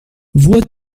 vois